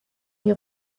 die